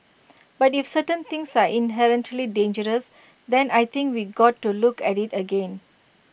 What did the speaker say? but if certain things are inherently dangerous then I think we got to look at IT again